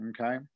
okay